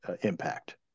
impact